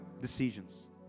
decisions